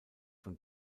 von